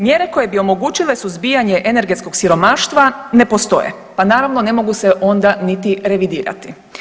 Mjere koje bi omogućile suzbijanje energetskog siromaštva ne postoje pa naravno ne mogu se onda niti revidirati.